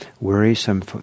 worrisome